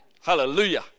Hallelujah